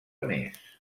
més